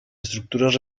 estructuras